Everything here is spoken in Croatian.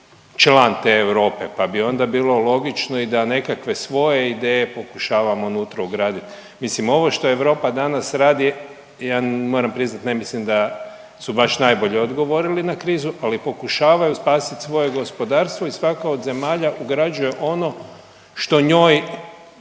član te Europe, pa bi onda bilo logično i da nekakve svoje ideje pokušavamo unutra ugraditi. Mislim ovo što Europa danas radi, ja moram priznati ne mislim da su baš najbolje odgovorili na krizu, ali pokušavaju spasiti svoje gospodarstvo i svaka od zemalja ugrađuje ono što njoj